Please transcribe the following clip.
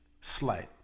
slight